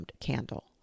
candle